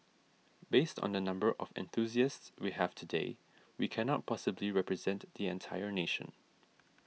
based on the number of enthusiasts we have today we cannot possibly represent the entire nation